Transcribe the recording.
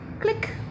Click